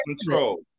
control